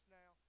now